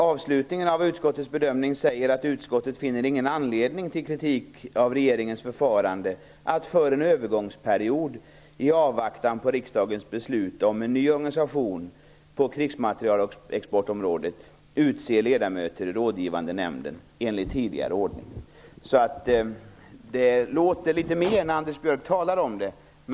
Avslutningen av utskottets bedömning säger: "Utskottet finner ingen anledning till kritik av regeringens förfarande att för en övergångsperiod, i avvaktan på riksdagens beslut om en ny organisation m.m. på krigsmaterielexportområdet, utse ledamöter i rådgivande nämnden enligt tidigare ordning." Det låter litet mer när Anders Björck talar om det.